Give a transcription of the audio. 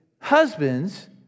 husbands